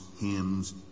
hymns